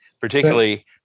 particularly